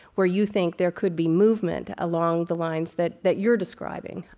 where you think they're could be movement along the lines that that you're describing